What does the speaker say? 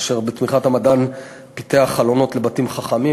אשר בתמיכת המדען פיתח חלונות לבתים חכמים.